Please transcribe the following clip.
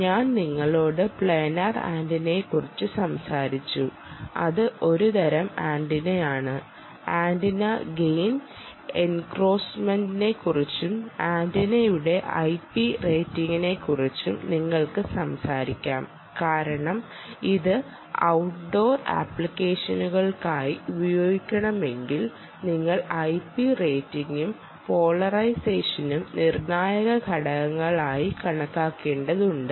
ഞാൻ നിങ്ങളോട് പ്ലാനാർ ആന്റിനയെ കുറിച്ച് സംസാരിച്ചു അത് ഒരു തരം ആന്റിനയാണ് ആന്റിന ഗെയിൻ എൻക്ലോസറിനെക്കുറിച്ചും ആന്റിനയുടെ Ip റേറ്റിംഗിനെക്കുറിച്ചും നിങ്ങൾക്ക് സംസാരിക്കാം കാരണം ഇത് ഔട്ട് ഡോർ ആപ്ലിക്കേഷനുകൾക്കായി ഉപയോഗിക്കുകയാണെങ്കിൽ നിങ്ങൾ Ip റേറ്റിഗും പോളറൈസേഷനും നിർണായക ഘടകങ്ങളായി കണക്കാക്കേണ്ടതാണ്